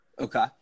Okay